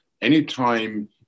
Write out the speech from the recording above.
anytime